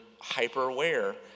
hyper-aware